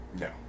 No